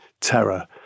terror